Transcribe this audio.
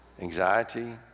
anxiety